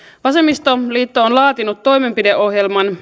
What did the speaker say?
vasemmistoliitto on laatinut toimenpideohjelman